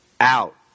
out